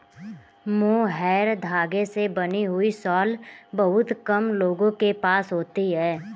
mohair धागे से बनी हुई शॉल बहुत कम लोगों के पास होती है